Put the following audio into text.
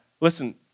Listen